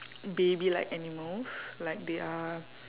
baby like animals like they are